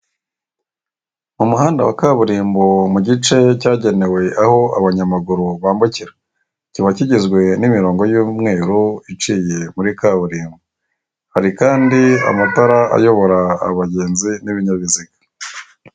Umuhanda wa kaburimbo mu gice cyagenewe aho abanyamaguru bambukira, kiba kigizwe n'imirongo y'umweru iciye muri kaburimbo, hari kandi amatara ayobora abagenzi n'ibinyabiziga.